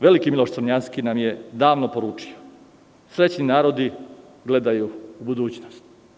Veliki Miloš Crnjanski nam je davno poručio – srećni narodi gledaju u budućnost.